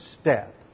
step